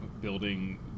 building